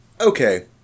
okay